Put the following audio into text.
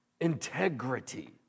integrity